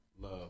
love